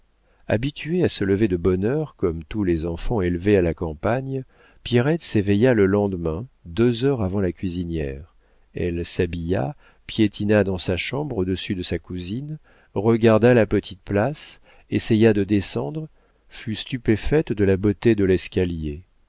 habituée à se lever de bonne heure comme tous les enfants élevés à la campagne pierrette s'éveilla le lendemain deux heures avant la cuisinière elle s'habilla piétina dans sa chambre au-dessus de sa cousine regarda la petite place essaya de descendre fut stupéfaite de la beauté de l'escalier